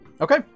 okay